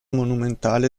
monumentale